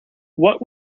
what